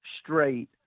straight